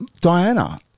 Diana